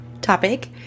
topic